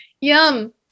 yum